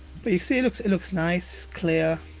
but you can see, it looks it looks nice, clear.